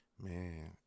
Man